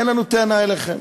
אין לנו טענה אליכם.